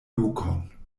lokon